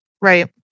Right